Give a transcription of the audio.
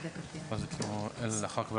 השאלה, האם בסעיף 33ד1, אנחנו אומרים שזאת הפרה